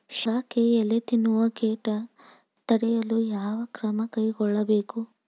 ಶೇಂಗಾಕ್ಕೆ ಎಲೆ ತಿನ್ನುವ ಕೇಟ ತಡೆಯಲು ಯಾವ ಕ್ರಮ ಕೈಗೊಳ್ಳಬೇಕು?